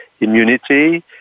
immunity